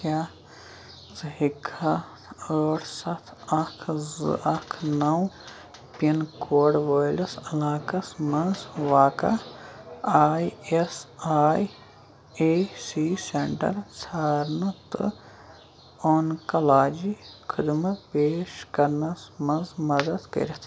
کیٛاہ ژٕ ہیٚککھا ٲٹھ سَتھ اکھ زٕ اکھ نو پِن کوڈ وٲلِس علاقس مَنٛز واقع I S I A C centre ژھارنہٕ تہٕ آنکالاجی خِدمت پیش کرنَس مَنٛز مدد کٔرِتھ